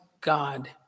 God